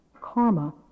karma